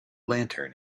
lantern